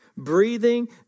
Breathing